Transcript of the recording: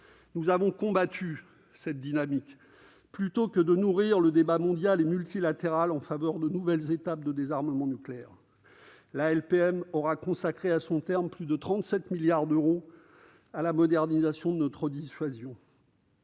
nous avons combattu cette dynamique plutôt que de nourrir le débat mondial et multilatéral en faveur de nouvelles étapes de désarmement nucléaire. À son terme, la LPM aura consacré plus de 37 milliards d'euros à la modernisation de notre dissuasion.